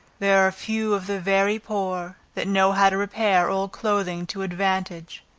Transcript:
there are few of the very poor, that know how to repair old clothing to advantage